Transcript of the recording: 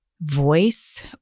voice